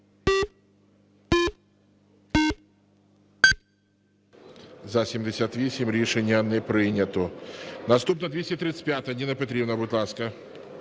За-69 Рішення не прийнято. Наступна, 341-а. Ніна Петрівна, будь ласка.